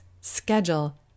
schedule